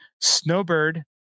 Snowbird